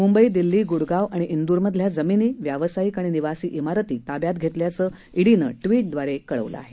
मुंबई दिल्ली गुडगाव आणि वीरमधल्या जमीनी व्यावसायिक व निवासी मारती ताब्यात घेतल्याचं ईडीनं ट्विटद्वारे कळवलं आहे